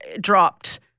dropped